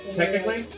technically